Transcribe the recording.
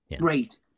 Great